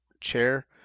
chair